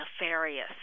nefarious